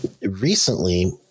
recently